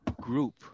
group